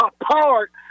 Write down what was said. apart